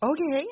Okay